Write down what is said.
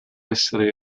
essere